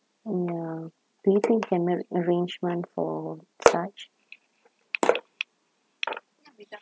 ya do you think you can make arrangement for such